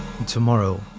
Tomorrow